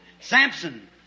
Samson